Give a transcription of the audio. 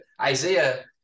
Isaiah